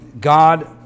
God